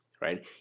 right